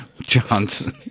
Johnson